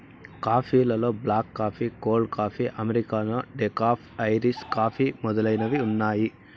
coffee లలో black coffee, cold coffee, americano, decaf, Irish coffee మొదలైనవి ఉన్నాయి